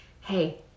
hey